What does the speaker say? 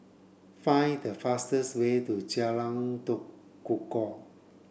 find the fastest way to Jalan Tekukor